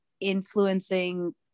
influencing